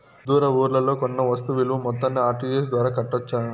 దూర ఊర్లలో కొన్న వస్తు విలువ మొత్తాన్ని ఆర్.టి.జి.ఎస్ ద్వారా కట్టొచ్చా?